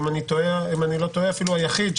אולי אפילו היחיד,